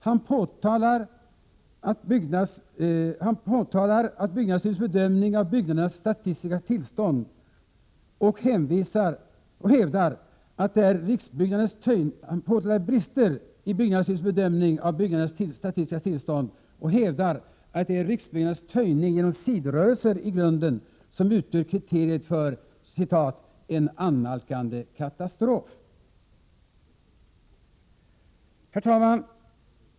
Han påtalar brister i byggnadsstyrelsens bedömning av byggnadernas statiska tillstånd och hävdar att det är riksbyggnadernas töjning genom sidorörelser i grunden som utgör kriteriet på ”en annalkande katastrof”. Herr talman!